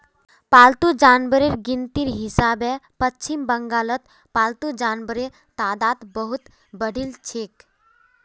पालतू जानवरेर गिनतीर हिसाबे पश्चिम बंगालत पालतू जानवरेर तादाद बहुत बढ़िलछेक